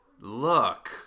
look